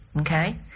okay